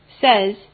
says